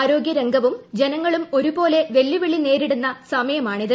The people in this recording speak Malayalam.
ആരോഗൃ രംഗ്പ്പും ജനങ്ങളും ഒരുപോലെ വെല്ലുവിളി നേരിടുന്ന സമയമാണ് ഇത്